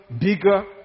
bigger